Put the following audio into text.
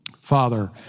Father